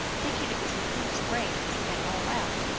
thinking it was the coon s brains and all out,